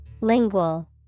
Lingual